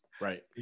Right